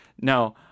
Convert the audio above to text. No